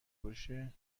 باشه